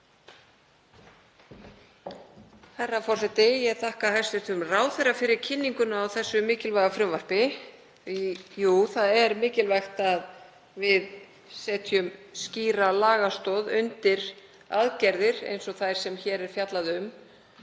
Herra forseti. Ég þakka hæstv. ráðherra fyrir kynninguna á þessu mikilvæga frumvarpi. Það er mikilvægt að við setjum skýra lagastoð undir aðgerðir eins og þær sem hér er fjallað um,